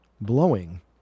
blowing